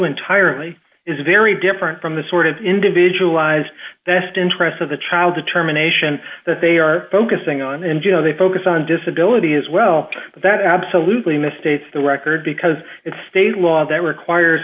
entirely is very different from the sort of individual lives that interests of the child determination that they are focusing on and you know they focus on disability as well that absolutely misstates the record because it's state law that requires